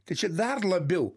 tai čia dar labiau